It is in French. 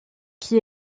qui